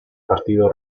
partido